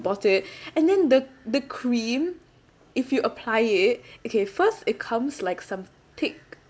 bought it and then the the cream if you apply it okay first it comes like some thick